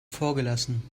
vorgelassen